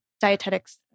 Dietetics